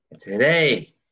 Today